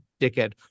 dickhead